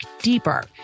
deeper